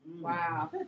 Wow